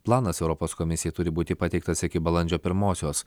planas europos komisijai turi būti pateiktas iki balandžio pirmosios